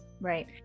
Right